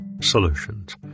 solutions